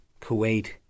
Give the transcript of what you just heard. Kuwait